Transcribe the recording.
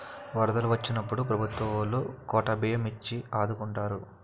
వరదలు వొచ్చినప్పుడు ప్రభుత్వవోలు కోటా బియ్యం ఇచ్చి ఆదుకుంటారు